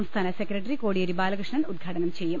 സംസ്ഥാന secretary Kodiyeri Balakrishnan ഉദ്ഘാടനം ചെയ്യും